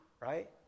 right